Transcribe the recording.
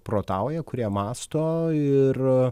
protauja kurie mąsto ir